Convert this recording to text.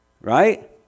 Right